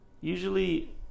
usually